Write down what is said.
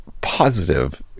positive